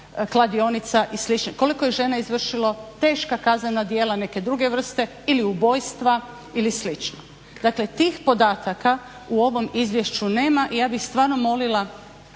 kladionica i slično. Koliko je žena izvršilo teška kaznena djela neke druge vrste ili ubojstva ili slično. Dakle tih podataka u ovom izvješću nema i ja bih stvarno molila